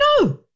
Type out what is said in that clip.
no